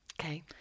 okay